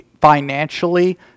financially